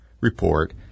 report